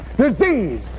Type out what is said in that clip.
disease